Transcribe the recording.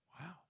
Wow